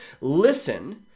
listen